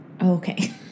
Okay